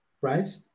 right